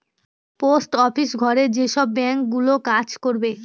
post office ঘরে যেসব bank গুলো কাজ করবে